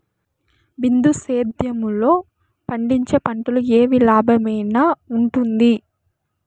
బిందు సేద్యము లో పండించే పంటలు ఏవి లాభమేనా వుంటుంది?